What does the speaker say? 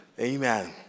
Amen